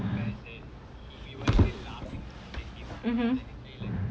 (uh huh)